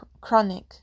chronic